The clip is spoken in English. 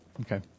Okay